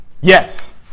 Yes